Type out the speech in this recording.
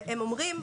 הם אומרים,